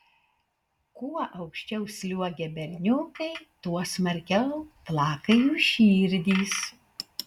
kuo aukščiau sliuogia berniukai tuo smarkiau plaka jų širdys